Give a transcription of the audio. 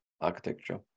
architecture